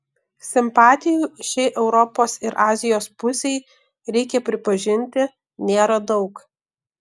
simpatijų šiai europos ir azijos pusei reikia pripažinti nėra daug